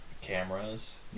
cameras